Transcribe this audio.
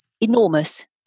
enormous